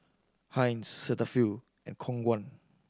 Heinz Cetaphil and Khong Guan